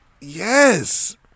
Yes